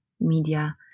media